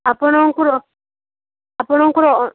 ଆପଣଙ୍କୁର ଆପଣଙ୍କର